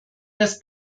das